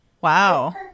Wow